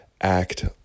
act